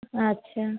अच्छा